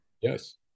Yes